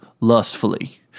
Lustfully